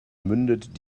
mündet